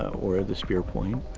or or the spear point,